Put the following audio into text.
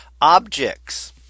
objects